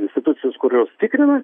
institucijos kurios tikrina